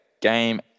Game